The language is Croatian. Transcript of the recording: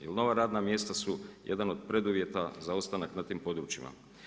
Jer nova radna mjesta su jedan pod preduvjeta za ostanak na tim područjima.